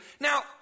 Now